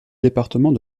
département